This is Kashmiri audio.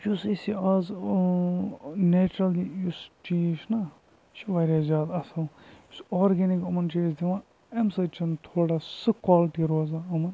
یُس یہِ أسۍ آز نیچرَل یُس چیز چھُ نہَ یہِ چھُ واریاہ زیادٕ اصٕل یُس آرگینِک یِمَن چھِ أسۍ دِوان امہ سۭتۍ چھَنہِ تھوڑا سُہ کالٹی روزان یِمَن